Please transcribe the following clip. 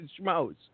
schmoes